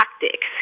tactics